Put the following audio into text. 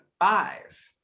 five